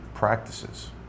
practices